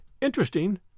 Interesting